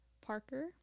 parker